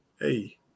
hey